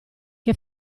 che